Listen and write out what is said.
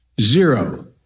Zero